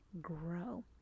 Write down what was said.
grow